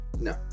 no